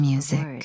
Music